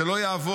זה לא יעבוד,